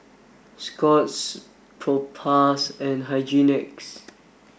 Scott's Propass and Hygin X